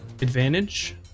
advantage